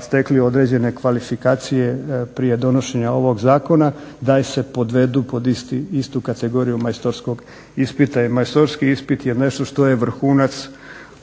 stekli određene kvalifikacije prije donošenja ovog zakona da se podvedu pod istu kategoriju majstorskog ispita. Majstorski ispit je nešto što je vrhunac